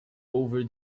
over